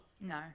No